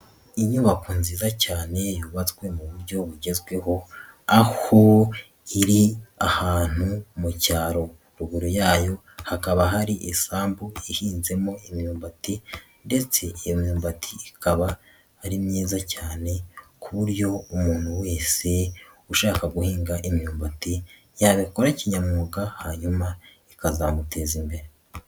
Inyubako nziza cyane yubatswe mu buryo bugezweho aho iri ahantu mu cyaro. Ruguru yayo hakaba hari isambu ihinzemo imyumbati ndetse iyo myumbati ikaba ari myiza cyane, ku buryo umuntu wese ushaka guhinga imyumbati yabikora kinyamwuga. Hanyuma ikazamuteza imbere.